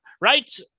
right